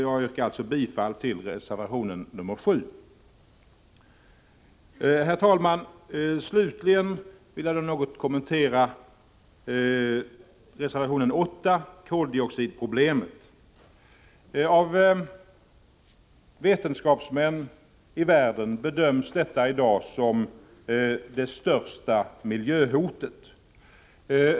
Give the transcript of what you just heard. Jag yrkar alltså bifall till reservation 7. Herr talman! Slutligen vill jag något kommentera reservation 8 om koldioxidproblemet. Av vetenskapsmän i världen bedöms detta i dag som det största miljöhotet.